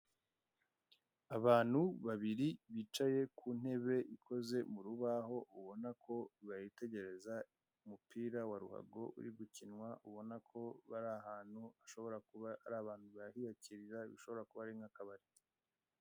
Abantu babiri bicaye ku ntebe ikoze mu rubaho ubona ko bitegereza umupira wa ruhago uri gukinwa, ubona ko bari ahantu hashobora kuba ari abantu bahiyakirira, bishobora kuba ari nk'akabari.